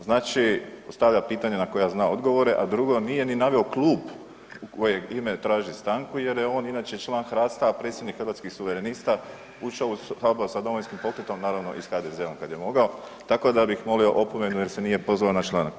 Znači postavlja pitanja na koja zna odgovore, a drugo nije ni naveo klub u koje ime traži stanku jer je on inače član HRAST-a, a predsjednik Hrvatskih suverenista ušao u Sabor sa Domovinskim pokretom naravno i s HDZ-om kada je mogao, tako da bih molio opomenu jer se nije pozvao na članak.